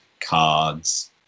cards